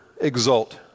exult